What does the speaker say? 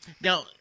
Now